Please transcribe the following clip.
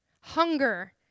hunger